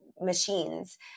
machines